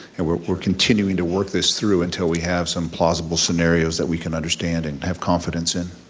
and we're we're continuing to work this through until we have some plausible scenarios that we can understand and have confidence in.